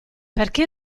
perché